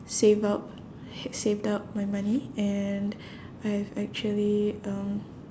save up saved up my money and I have actually um